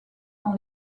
dans